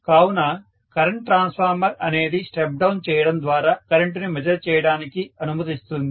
కావున current transformer అనేది step down చేయడం ద్వారా కరెంటుని మెజర్ చేయడానికి అనుమతిస్తుంది